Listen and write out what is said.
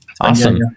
Awesome